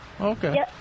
Okay